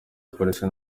polisi